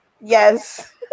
Yes